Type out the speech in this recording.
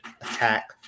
attack